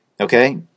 Okay